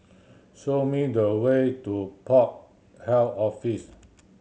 show me the way to Port Health Office